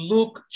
Luke